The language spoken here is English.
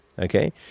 okay